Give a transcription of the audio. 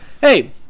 hey